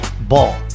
Ball